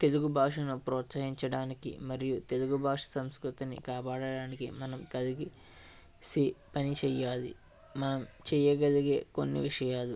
తెలుగు భాషను ప్రోత్సహించడానికి మరియు తెలుగు భాష సంస్కృతిని కాపాడడానికి మనం కలిగేసి పని చేయాలి మనం చేయగలిగే కొన్ని విషయాలు